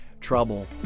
trouble